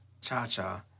cha-cha